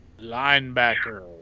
linebacker